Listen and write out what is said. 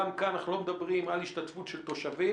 גם כאן אנחנו לא מדברים על השתתפות של תושבים.